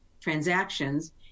transactions